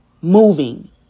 moving